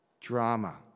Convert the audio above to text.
drama